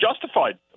justified